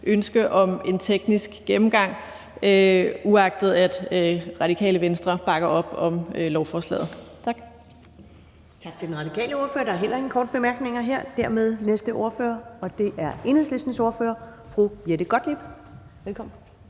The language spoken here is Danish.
ønske om en teknisk gennemgang, uagtet at Radikale Venstre bakker op om lovforslaget. Tak.